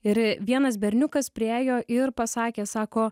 ir vienas berniukas priėjo ir pasakė sako